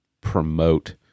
promote